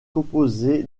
composé